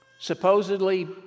supposedly